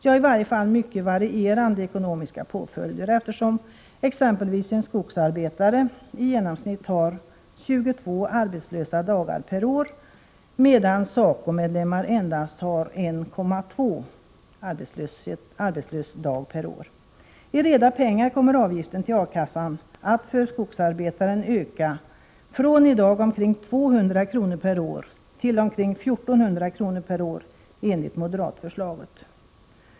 Ja, i varje fall mycket varierande ekonomiska påföljder, eftersom exempelvis en skogsarbetare i genomsnitt har 22 arbetslösa dagar per år medan SACO medlemmar endast har 1,2 arbetslösa dagar per år. I reda pengar kommer avgiften till A-kassan för skogsarbetaren att öka från omkring 200 kr. per år i dag till I 400 kr. per år — enligt moderatförslaget.